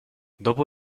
dopo